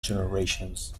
generations